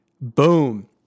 Boom